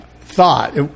thought